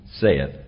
saith